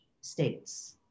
states